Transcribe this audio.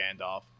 Gandalf